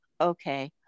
okay